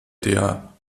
der